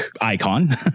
icon